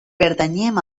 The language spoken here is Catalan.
pertanyien